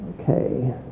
Okay